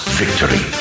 victory